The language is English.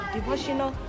Devotional